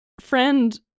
friend